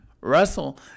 Russell